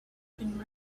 been